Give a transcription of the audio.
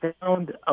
found